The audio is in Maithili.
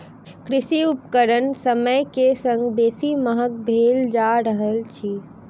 कृषि उपकरण समय के संग बेसी महग भेल जा रहल अछि